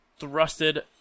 thrusted